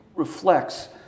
reflects